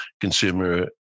consumer